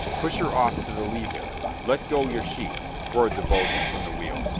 push her off to the lee there! let go your sheets! roared the boatswain from the wheel.